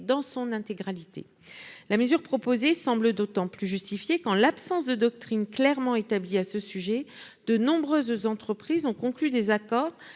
dans son intégralité. La mesure proposée semble d'autant plus justifiée que, en l'absence de doctrine clairement établie à ce sujet, de nombreuses entreprises ont conclu des accords